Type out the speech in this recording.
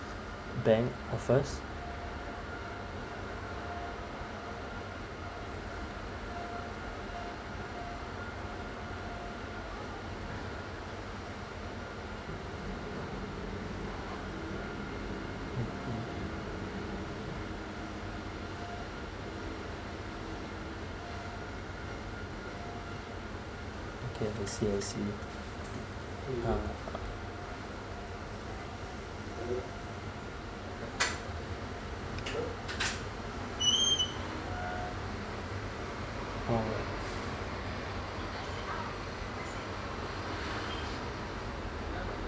bank offers okay I see I see uh alright